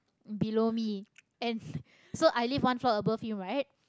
below me